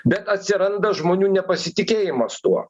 bet atsiranda žmonių nepasitikėjimas tuo